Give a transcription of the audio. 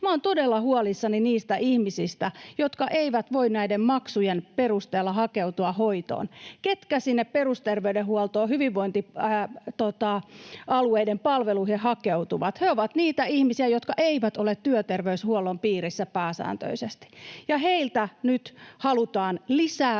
olen todella huolissani niistä ihmisistä, jotka eivät voi näiden maksujen perusteella hakeutua hoitoon. Ketkä sinne hyvinvointialueiden perusterveydenhuollon palveluihin hakeutuvat? He ovat niitä ihmisiä, jotka eivät ole työterveyshuollon piirissä pääsääntöisesti. Ja heiltä nyt halutaan lisää